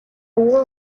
өвгөн